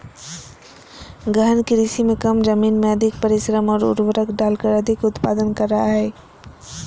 गहन कृषि में कम जमीन में अधिक परिश्रम और उर्वरक डालकर अधिक उत्पादन करा हइ